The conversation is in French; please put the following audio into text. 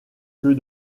que